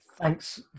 Thanks